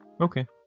Okay